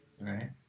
Right